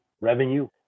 revenue